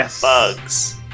bugs